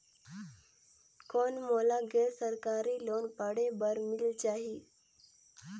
कौन मोला गैर सरकारी लोन पढ़े बर मिल जाहि?